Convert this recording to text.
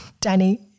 Danny